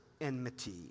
enmity